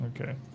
Okay